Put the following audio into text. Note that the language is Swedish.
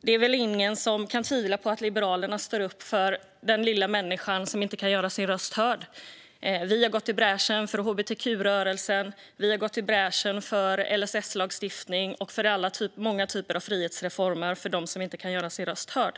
Ingen kan väl tvivla på att Liberalerna står upp för den lilla människan som inte kan göra sin röst hörd. Vi har gått i bräschen för hbtq-rörelsen. Vi har gått i bräschen för LSS-lagstiftning och många frihetsreformer för dem som inte kan göra sina röster hörda.